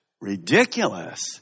ridiculous